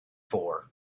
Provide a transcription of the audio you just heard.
for